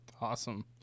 awesome